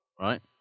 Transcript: right